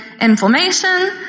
inflammation